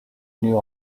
knew